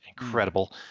incredible